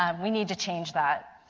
um we need to change that.